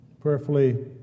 prayerfully